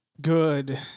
good